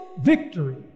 victory